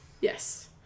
Yes